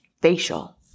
facial